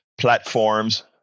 Platforms